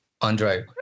Andre